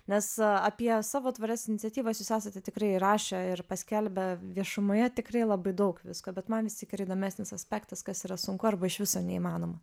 nes apie savo tvarias iniciatyvas jūs esate tikrai rašę ir paskelbę viešumoje tikrai labai daug visko bet man vis tik yra įdomesnis aspektas kas yra sunku arba iš viso neįmanoma